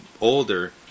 older